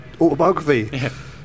autobiography